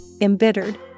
embittered